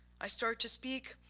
i start to speak,